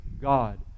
God